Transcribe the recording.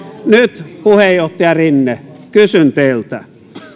nyt puheenjohtaja rinne kysyn teiltä